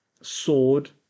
sword